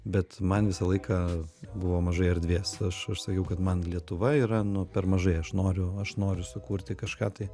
bet man visą laiką buvo mažai erdvės aš aš sakiau kad man lietuva yra nu per mažai aš noriu aš noriu sukurti kažką tai